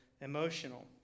emotional